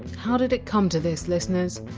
how did it come to this, listeners?